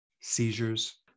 seizures